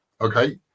Okay